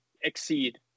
exceed